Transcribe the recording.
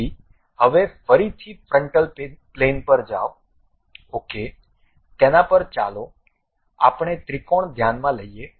તેથી હવે ફરીથી ફ્રન્ટલ પ્લેન પર જાઓ ok તેના પર ચાલો આપણે ત્રિકોણ ધ્યાનમાં લઈએ